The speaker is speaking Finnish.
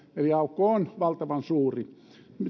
eli aukko on valtavan suuri